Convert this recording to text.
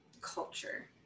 culture